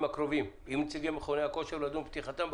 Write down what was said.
הקרובים עם נציגי מכוני הכושר ולדון על פתיחתם,